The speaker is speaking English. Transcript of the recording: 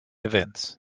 events